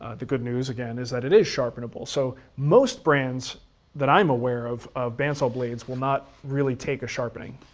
ah the good news, again, is that it is sharpenable. so most brands that i'm aware of of bandsaw blades will not really take a sharpening.